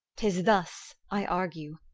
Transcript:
tis thus i argue.